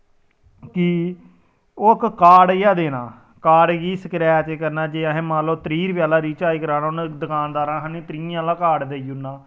कि ओह् इक कार्ड जेहा देना कार्ड गी स्क्रैच करना जे असें मन्नी लैओ असें त्रीह् रपेऽ आह्ला रिचार्ज कराना उ'नें दकानदार ने सानूं त्रीहें आह्ला कार्ड देई ओड़ना